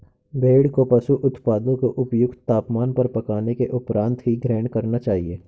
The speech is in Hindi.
भेड़ को पशु उत्पादों को उपयुक्त तापमान पर पकाने के उपरांत ही ग्रहण करना चाहिए